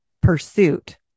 pursuit